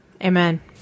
Amen